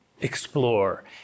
explore